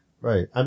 Right